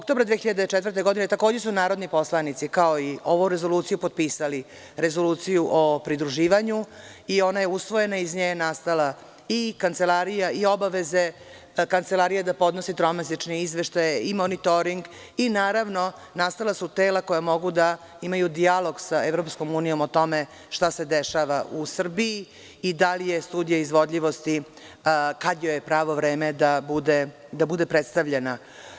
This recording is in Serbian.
Oktobra 2004. godine, takođe su narodni poslanici, kao i ovu rezoluciju, potpisali rezoluciju o pridruživanju i ona je usvojena i iz nje je nastala i kancelarija i obaveze kancelarije da podnose tromesečni izveštaje i monitoring i naravno nastala su tela koja mogu da imaju dijalog sa EU o tome šta se dešava u Srbiji i da li je studija izvodljivosti, kad joj je pravo vreme da bude predstavljena.